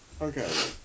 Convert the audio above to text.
okay